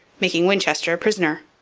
making winchester a prisoner.